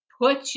put